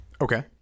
okay